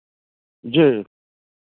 जी